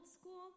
school